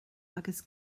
agus